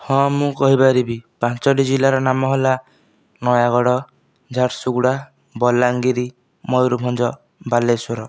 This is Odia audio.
ହଁ ମୁଁ କହିପାରିବି ପାଞ୍ଚୋଟି ଜିଲ୍ଲାର ନାମ ହେଲା ନୟାଗଡ଼ ଝାରସୁଗୁଡ଼ା ବଲାଙ୍ଗୀର ମୟୁରଭଞ୍ଜ ବାଲେଶ୍ୱର